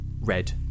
red